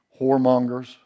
whoremongers